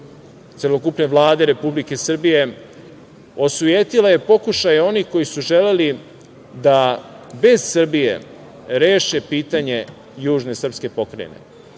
celokupne Vlade Republike Srbije, osujetila je pokušaje onih koji su želeli da bez Srbije reše pitanje južne srpske pokrajine